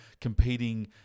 competing